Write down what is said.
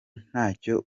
ntacyo